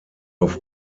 auf